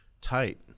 tight